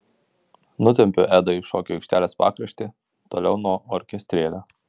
nutempiu edą į šokių aikštelės pakraštį toliau nuo orkestrėlio